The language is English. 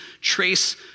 trace